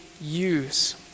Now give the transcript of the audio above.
use